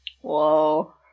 Whoa